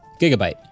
Gigabyte